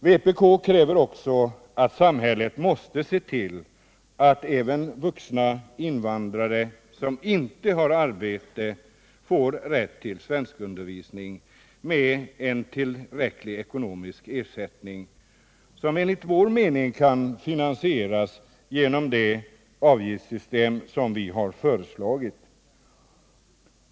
Vpk kräver också att samhället måste se till att även vuxna invandrare som inte har arbete får rätt till svenskundervisning, med en tillräcklig ekonomisk ersättning, som enligt vår mening kan finansieras genom det avgiftssystem som vi har föreslagit.